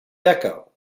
deco